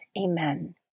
Amen